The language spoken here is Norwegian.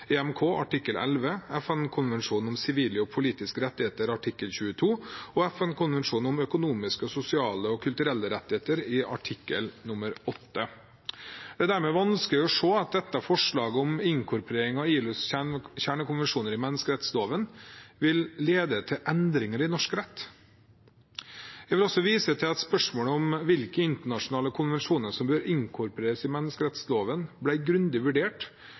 EMK artikkel 11, FN-konvensjon om sivile og politiske rettigheter artikkel 22 og FN-konvensjon om økonomiske, sosiale og kulturelle rettigheter artikkel 8. Det er dermed vanskelig å se at dette forslaget om inkorporering av ILOs kjernekonvensjoner i menneskerettsloven vil lede til endringer i norsk rett. Jeg vil også vise til at spørsmålet om hvilke internasjonale konvensjoner som bør inkorporeres i menneskerettsloven, ble grundig vurdert